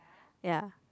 ya